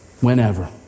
whenever